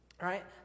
right